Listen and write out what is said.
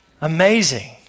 Amazing